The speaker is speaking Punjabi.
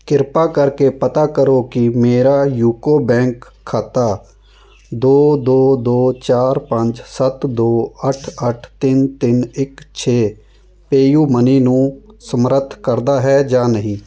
ਕ੍ਰਿਪਾ ਕਰਕੇ ਪਤਾ ਕਰੋ ਕਿ ਮੇਰਾ ਯੂਕੋ ਬੈਂਕ ਖਾਤਾ ਦੋ ਦੋ ਦੋ ਚਾਰ ਪੰਜ ਸੱਤ ਦੋ ਅੱਠ ਅੱਠ ਤਿੰਨ ਤਿੰਨ ਇੱਕ ਛੇ ਪੈਯੁ ਮਨੀ ਨੂੰ ਸਮਰੱਥ ਕਰਦਾ ਹੈ ਜਾਂ ਨਹੀਂ